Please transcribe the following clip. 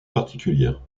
particulière